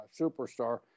superstar